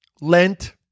Lent